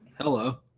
Hello